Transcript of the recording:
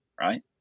right